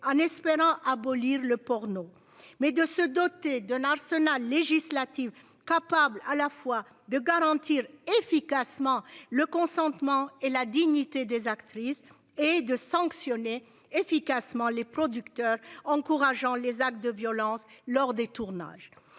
en espérant abolir le porno, mais de se doter d'un arsenal législatif capable à la fois de garantir efficacement le consentement et la dignité des actrices et de sanctionner efficacement les producteurs encourageant les actes de violence lors des tournages.